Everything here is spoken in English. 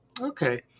Okay